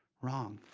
wrong.